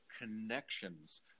connections